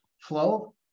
flow